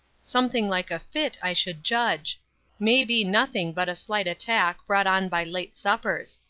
something like a fit, i should judge may be nothing but a slight attack, brought on by late suppers.